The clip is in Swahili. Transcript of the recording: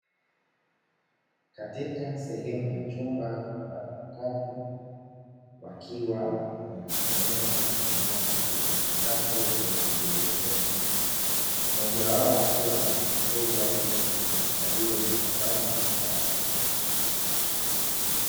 Katika sehemu ya chumba kuna watu watatu, wakiwa wakijisomea kwa kutumia kompyuta mpakato iliyopo juu ya meza mmoja wao akiwa na maelekezo ya jinsi kompyuta hiyo inakufanya kazi.